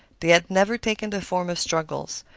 they had never taken the form of struggles.